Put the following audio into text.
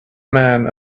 men